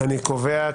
אני מכריז,